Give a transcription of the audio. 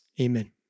Amen